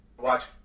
watch